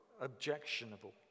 objectionable